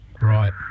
Right